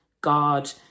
God